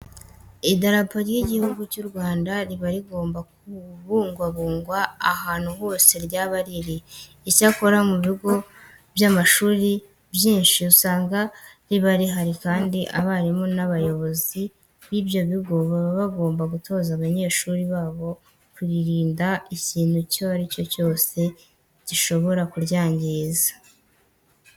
Idarapo ry'Igihugu cy'u Rwanda riba rigomba kubungwabungwa ahantu hose ryaba riri. Icyakora mu bigo by'amashuri byinshi usanga riba rihari kandi abarimu n'abayobozi b'ibyo bigo baba bagomba gutoza abanyeshuri babo kuririnda ikintu icyo ari cyo cyose gishobora kuryangiza.